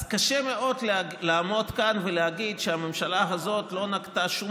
ואז קשה מאוד לעמוד כאן ולהגיד שהממשלה הזאת לא נקטה שום